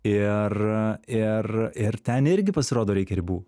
ir ir ir ten irgi pasirodo reikia ribų